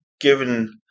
given